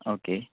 okay